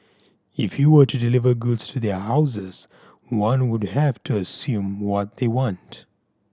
if you were to deliver goods to their houses one would have to assume what they want